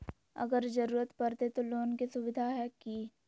अगर जरूरत परते तो लोन के सुविधा है की?